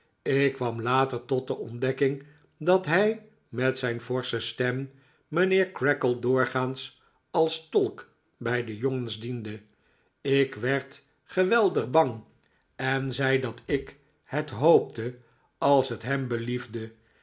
ik kwam later tot de ontdekking dat hij met zijn forsche stem mijnheer creakle doorgaans als tolk bij de jongens diende ik werd geweldig bang en zei dat ik het hoopte als het hem beliefde